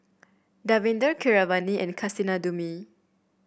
Davinder Keeravani and Kasinadhuni